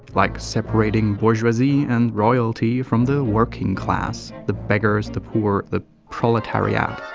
like separating bourgeoisie and royalty from the working class the beggars, the poor. the proletariat.